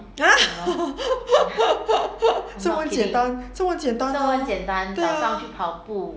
ah 这么简单这么简单对啊